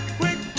quick